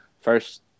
First